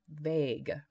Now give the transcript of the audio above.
vague